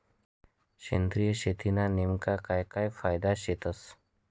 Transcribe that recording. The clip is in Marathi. सेंद्रिय शेतीना नेमका काय काय फायदा शेतस?